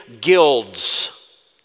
guilds